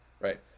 right